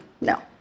No